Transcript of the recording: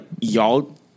y'all